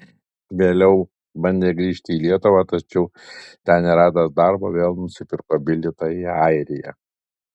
vėliau bandė grįžti į lietuvą tačiau ten neradęs darbo vėl nusipirko bilietą į airiją